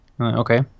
Okay